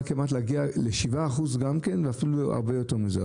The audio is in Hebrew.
להגיע ל-7% גם כן ואפילו הרבה יותר מזה.